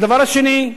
הדבר השני,